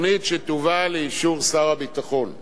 שתובאנה לאישור שר הביטחון.